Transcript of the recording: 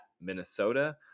Minnesota